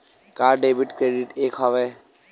का debit credit एके हरय?